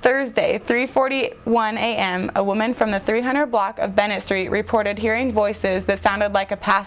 thursday at three forty one am a woman from the three hundred block of bennett street reported hearing voices that founded like a pas